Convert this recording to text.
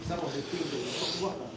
some of the things that you talk about ah